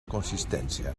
consistència